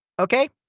Okay